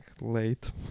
late